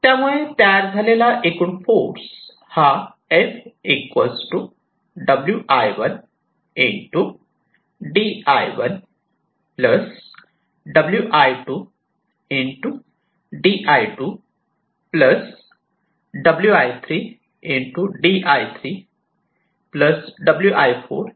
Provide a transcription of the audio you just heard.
त्यामुळे तयार झालेला एकूण फोर्स हा F Wi1 di1 Wi2 di2 Wi3 di3 Wi4 di4